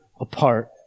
apart